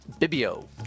Bibio